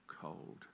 cold